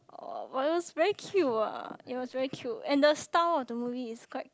uh but it was very cute [what] it was very cute and the style of the movie is quite